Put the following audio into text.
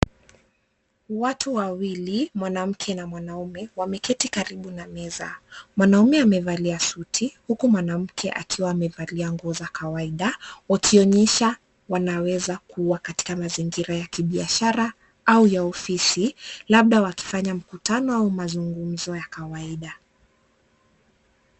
Watu wawili, mwanamke na mwanaume wameketi karibu na meza. Mwanaume amevalia suti huku mwanamke akiwa amevalia nguo za kawaida, wakionyesha wanaweza kuwa katika mazingira ya kibiashara au ya ofisi, labda wakifanya mkutano au mazungumzo ya kawaida.